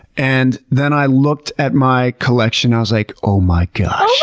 and then i looked at my collection, i was like, oh my gosh,